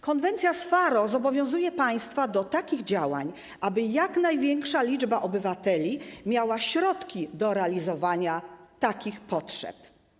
Konwencja z Faro zobowiązuje państwa do takich działań, aby jak największa liczba obywateli miała środki do realizowania takich potrzeb.